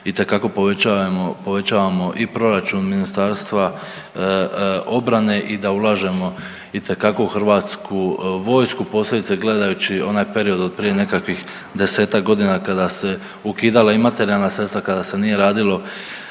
povećavamo, povećavamo i proračun Ministarstva obrane i da ulažemo itekako u HV, posebice gledajući onaj period od prije nekakvih 10-tak godina kada se ukidala i materijalna sredstva, kada se nije radilo